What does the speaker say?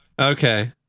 okay